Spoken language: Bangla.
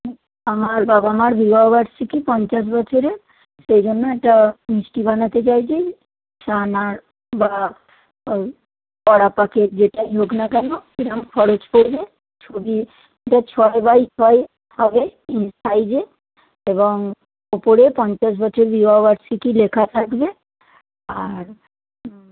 আমার বাবা মার বিবাহ বার্ষিকী পঞ্চাশ বছরের সেই জন্য একটা মিষ্টি বানাতে চাইচি ছানার বা কড়া পাকে যেটাই হোক না কেন কিরম খরচ পড়বে ছবিটা ছয় বাই ছয় হবে সাইজে এবং উপরে পঞ্চাশ বছর বিবাহ বার্ষিকী লেখা থাকবে আর